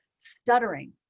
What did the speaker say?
stuttering